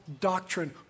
doctrine